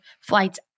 flights